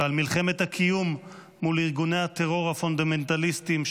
ובמלחמת הקיום מול ארגוני הטרור הפונדמנטליסטים,